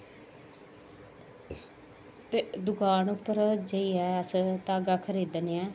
दुकान पर जाइयै अस धागा खरीदने आं